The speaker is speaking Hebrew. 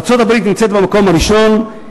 ארצות-הברית נמצאת במקום הראשון.